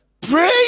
pray